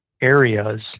areas